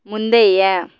முந்தைய